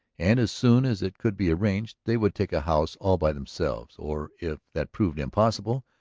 and as soon as it could be arranged they would take a house all by themselves, or if that proved impossible,